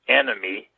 enemy